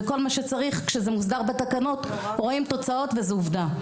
וכל מה שצריך כשזה מוסדר בתקנות רואים תוצאות וזאת עובדה.